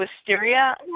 Wisteria